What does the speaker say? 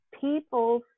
people